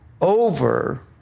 over